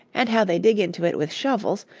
and how they dig into it with shovels,